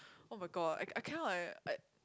[oh]-my-god I I cannot eh I